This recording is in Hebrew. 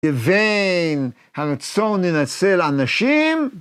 לבין הרצון לנצל אנשים.